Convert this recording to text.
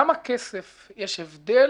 בכובד